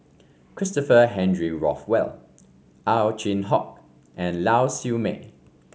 Christopher Henry Rothwell Ow Chin Hock and Lau Siew Mei